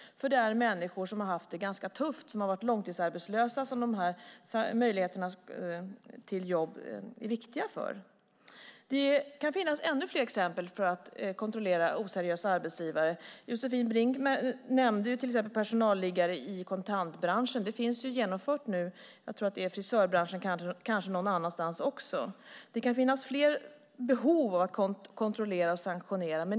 De här möjligheterna till jobb är ju viktiga för dem som har haft det ganska tufft och varit långtidsarbetslösa. Det finns ännu fler exempel på hur man kan kontrollera att arbetsgivare är seriösa. Josefin Brink nämnde till exempel personalliggare i kontantbranschen. Det har nu genomförts i frisörbranschen, tror jag, och kanske någon annanstans också. Det kan finnas fler behov av att kontrollera och sanktionera.